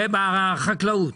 בחקלאות.